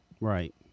Right